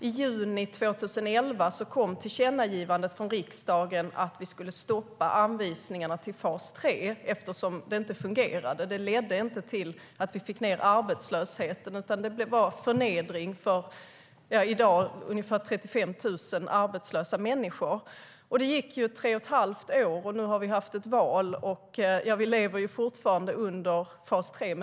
I juni 2011 kom tillkännagivandet från riksdagen att vi skulle stoppa anvisningarna till fas 3 eftersom det inte fungerade - det ledde inte till att vi fick ned arbetslösheten, utan det blev bara förnedring för ungefär 35 000 arbetslösa människor. Det gick tre och ett halvt år, och nu har vi haft ett val. Vi lever fortfarande under fas 3.